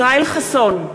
ישראל חסון,